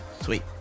sweet